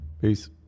Peace